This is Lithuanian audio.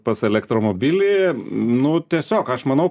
pas elektromobilį nu tiesiog aš manau